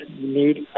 need